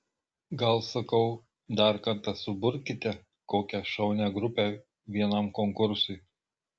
gal sakau dar kartą suburkite kokią šaunią grupę vienam konkursui